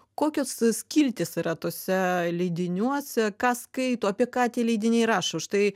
kokios skiltys yra tuose leidiniuose ką skaito apie ką tie leidiniai rašo štai